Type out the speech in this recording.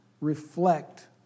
reflect